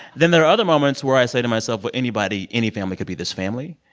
then there are other moments where i say to myself, well, anybody, any family could be this family.